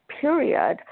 period